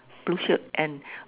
blue shirt and